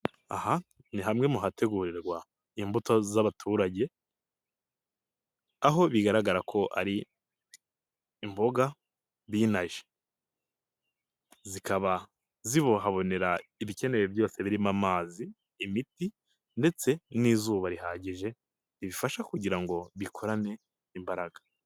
Aha ni hamwe mu hategurirwa imbuto z'abaturage aho bigaragara ko ari imboga binaje, zikaba zihabonera ibikenewe byose birimo amazi, imiti ndetse n'izuba rihagije ribifasha kugira ngo bikorane imbaraga.